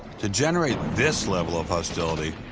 to generate this level of hostility,